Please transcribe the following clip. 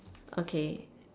okay